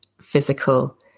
physical